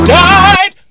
died